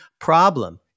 problem